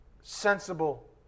sensible